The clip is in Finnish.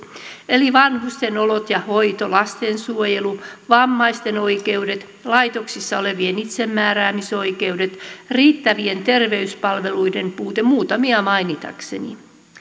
eli vanhusten olot ja hoito lastensuojelu vammaisten oikeudet laitoksissa olevien itsemääräämisoikeudet riittävien terveyspalveluiden puute muutamia mainitakseni